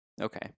okay